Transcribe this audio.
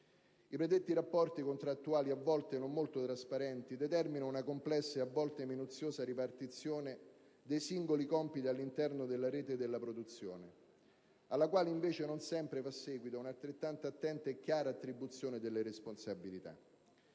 I predetti rapporti contrattuali, a volte non molto trasparenti, determinano una complessa e a volte minuziosa ripartizione dei singoli compiti all'interno della rete della produzione, alla quale, invece, non sempre fa seguito una altrettanto attenta e chiara attribuzione delle responsabilità.